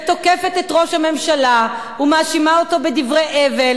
ותוקפת את ראש הממשלה ומאשימה אותו בדברי הבל,